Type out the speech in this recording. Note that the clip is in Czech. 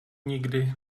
někdy